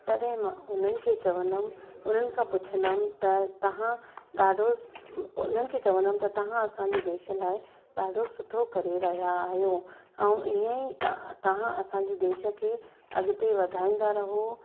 तॾहिं मां हुननि खे चवंदमि उन्हनि खां पुछंदमि त तव्हां ॾाढो उन्हनि खे चवंदमि त तव्हां असांजे देश लाइ ॾाढो सुठो करे रहिया आहियो ऐं ईअं ई तव्हां तव्हां असांजे देश खे अॻिते वधाईंदा रहो